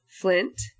Flint